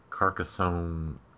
Carcassonne